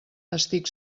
estic